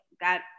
got